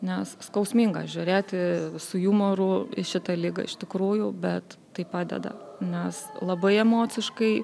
nes skausminga žiūrėti su jumoru į šitą ligą iš tikrųjų bet tai padeda nes labai emociškai